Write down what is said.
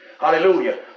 hallelujah